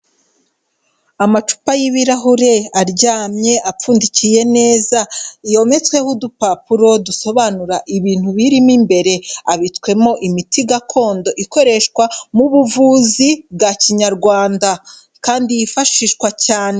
Amacupa y'ibirahure aryamye, apfundikiye neza, yometsweho udupapuro dusobanura ibintu birimo imbere, abitswemo imiti gakondo ikoreshwa mu buvuzi bwa kinyarwanda. Kandi yifashishwa cyane.